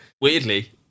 Weirdly